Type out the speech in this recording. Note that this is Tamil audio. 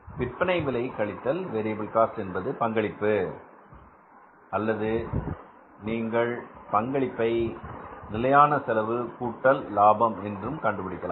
விற்பனை விலை கழித்தல் வேரியபில் காஸ்ட் என்பது பங்களிப்பு அல்லது நீங்கள் பங்களிப்பை நிலையான செலவு கூட்டல் லாபம் என்று கண்டுபிடிக்கலாம்